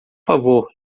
favor